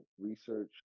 research